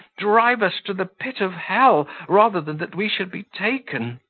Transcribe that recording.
drive us to the pit of hell, rather than we should be taken!